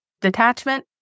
detachment